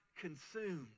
consumed